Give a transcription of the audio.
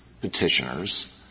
petitioners